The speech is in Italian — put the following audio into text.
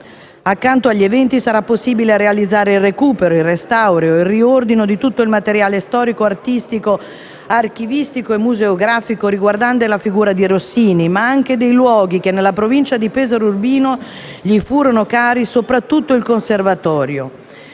Accanto agli eventi, sarà possibile realizzare il recupero, il restauro e il riordino di tutto il materiale storico, artistico, archivistico e museografico riguardante la figura di Rossini, ma anche dei luoghi che, nella provincia di Pesaro e Urbino, gli furono cari, soprattutto il conservatorio.